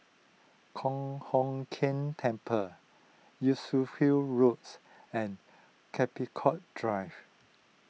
Kong Hock Keng Temple Roads and Capricorn Drive